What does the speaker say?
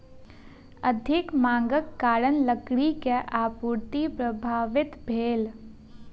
अधिक मांगक कारण लकड़ी के आपूर्ति प्रभावित भेल